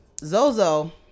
Zozo